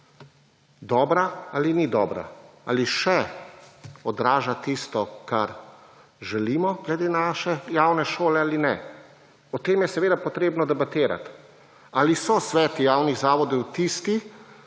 dobra ali ni dobra. Ali še odraža tisto, kar želimo, glede na naše javne šole ali ne? O tem je seveda potrebno debatirat. Ali so sveti javnih zavodov tisti,